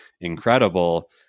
incredible